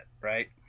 right